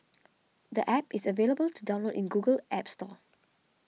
the App is available to download in Google's App Store